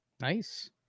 Nice